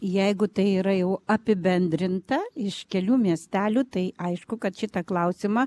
jeigu tai yra jau apibendrinta iš kelių miestelių tai aišku kad šitą klausimą